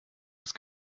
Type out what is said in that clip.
ist